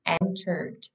entered